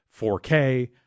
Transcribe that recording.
4K